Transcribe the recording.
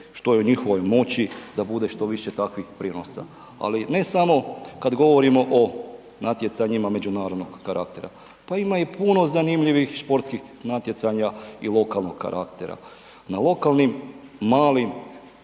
što je u njihovoj moći da bude što više takvih prijenosa. Ali ne samo kada govorimo o natjecanjima međunarodnog karaktera, pa ima puno zanimljivih sportskih natjecanja i lokalnog karaktera, na lokalnim malim